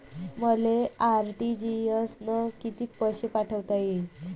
मले आर.टी.जी.एस न कितीक पैसे पाठवता येईन?